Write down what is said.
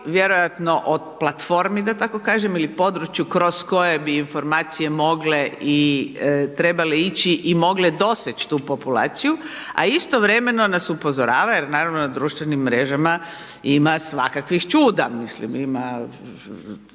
vjerojatno o platformi da tako kaže ili području kroz koje bi informacije mogle i trebale ići i mogle doseći tu populaciju a istovremeno nas upozorava jer naravno da na društvenim mrežama ima svakakvih čuda, mislim ima